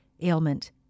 ailment